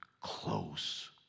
close